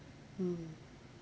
mm